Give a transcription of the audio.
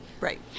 Right